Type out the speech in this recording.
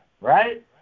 right